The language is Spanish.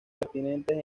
pertinentes